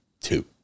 two